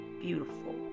beautiful